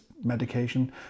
medication